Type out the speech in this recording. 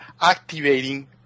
activating